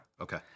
Okay